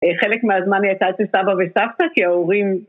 חלק מהזמן הייתי אצל סבא וסבתא כי ההורים...